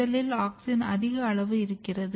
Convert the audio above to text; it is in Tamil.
முதலில் ஆக்ஸின் அதிக அளவில் இருக்கிறது